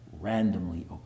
randomly